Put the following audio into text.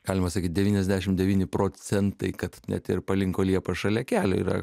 galima sakyt devyniasdešim devyni procentai kad net ir palinko liepa šalia kelio yra